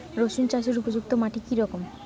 রুসুন চাষের উপযুক্ত মাটি কি রকম?